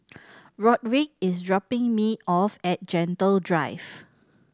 Rodrick is dropping me off at Gentle Drive